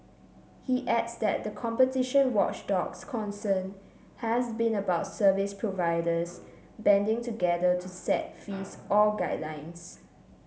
he adds that the competition watchdog's concern has been about service providers banding together to set fees or guidelines